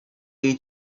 jej